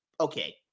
okay